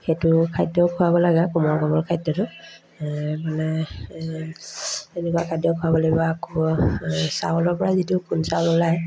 সেইটো খাদ্য খোৱাব লাগে কোমল কোমল খাদ্যটো মানে তেনেকুৱা খাদ্য খুৱাব লাগিব আকৌ চাউলৰ পৰা যিটো খুদ চাউল ওলায়